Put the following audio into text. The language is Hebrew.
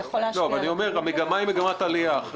כלומר יש מגמת עלייה.